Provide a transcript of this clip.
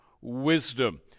wisdom